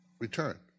return